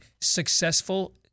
successful